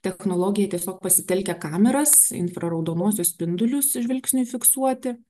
technologija tiesiog pasitelkia kameras infraraudonuosius spindulius žvilgsniui fiksuoti